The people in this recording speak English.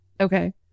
Okay